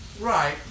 Right